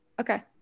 Okay